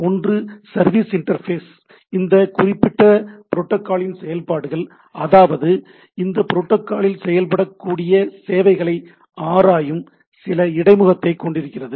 ஒன்று service interface இந்த குறிப்பிட்ட புரோட்டோகாலின் செயல்பாடுகள் அதாவது இந்த புரோட்டோகாலில் செயல்படக்கூடிய சேவைகளை ஆராயும் சில இடைமுகத்தை கொண்டிருக்கிறது